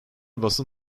basın